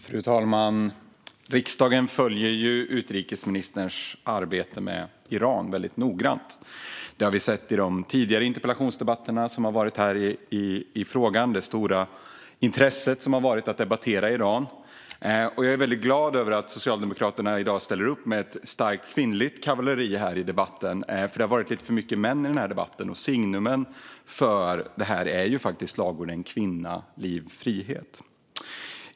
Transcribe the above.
Fru talman! Riksdagen följer utrikesministerns arbete med Iran väldigt noggrant. Det har vi sett i de tidigare interpellationsdebatterna som har hållits i frågan. Det har varit ett stort intresse att debattera Iran. Och jag är väldigt glad över att Socialdemokraterna i dag ställer upp med ett starkt kvinnligt kavalleri här i debatten. Det har nämligen varit lite för mycket män i denna debatt. Och signumet för detta är faktiskt slagorden kvinna, liv, frihet.